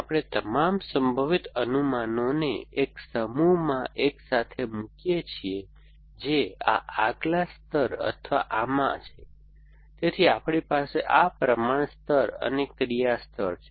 આપણે તમામ સંભવિત અનુમાનોને એક સમૂહમાં એકસાથે મૂકીએ છીએ જે આ આગલા સ્તર અથવા આમાં છે તેથી આપણી પાસે આ પ્રમાણ સ્તરો અને ક્રિયા સ્તર છે